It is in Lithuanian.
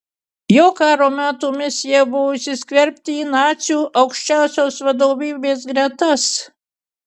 jo karo metų misija buvo įsiskverbti į nacių aukščiausios vadovybės gretas